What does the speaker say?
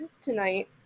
tonight